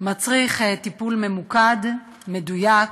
מצריך טיפול ממוקד, מדויק.